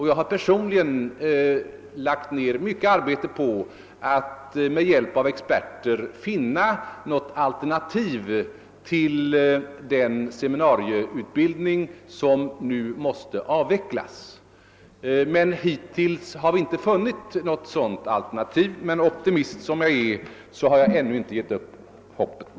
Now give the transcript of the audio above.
Jag har personligen lagt ned mycket arbete på att med hjälp av experter söka finna något alternativ till den seminarieutbildning som nu måste avvecklas, men hittills har vi inte lyckats därmed. Optimist som jag är har jag dock ännu inte gett upp hoppet.